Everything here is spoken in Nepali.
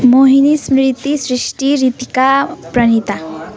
मोहिनी स्मृति सृष्टि ऋतिका प्रणिता